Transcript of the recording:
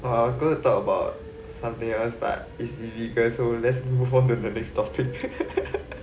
well I was going to talk about something else but is illegal so let's move on to the next topic